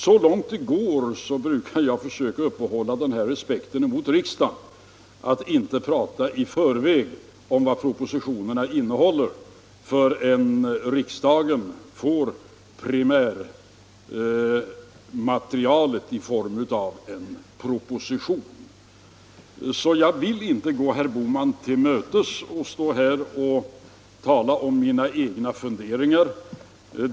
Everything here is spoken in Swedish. Så långt det är möjligt brukar jag försöka iaktta den respekten mot riksdagen att inte tala om propositionernas innehåll förrän riksdagen har fått propositionerna sig förelagda. Jag vill därför inte gå herr Bohman till mötes genom att här redogöra för mina egna funderingar.